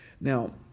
Now